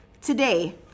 Today